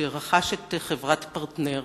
שרכש את חברת "פרטנר"